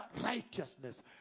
righteousness